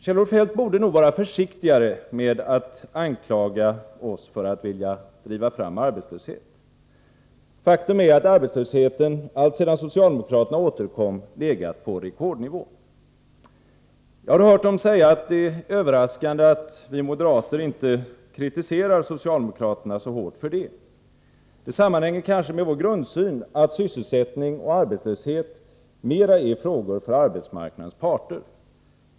Kjell-Olof Feldt borde nog vara försiktigare med att anklaga oss för att vilja driva fram arbetslöshet. Faktum är att arbetslösheten alltsedan socialdemokraterna återkom har legat på rekordnivå. Jag har hört det sägas att det är överraskande att vi moderater inte kritiserar socialdemokraterna så hårt för det. Detta sammanhänger kanske med vår grundsyn, att sysselsättning och arbetslöshet mera är frågor för arbetsmarknadens parter.